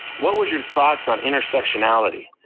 what was your thoughts on intersectionality?